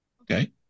Okay